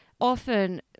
often